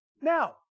Now